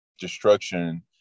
destruction